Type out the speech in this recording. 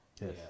Yes